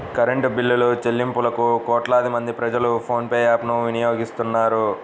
current బిల్లులుచెల్లింపులకు కోట్లాది మంది ప్రజలు ఫోన్ పే యాప్ ను వినియోగిస్తున్నారు